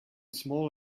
small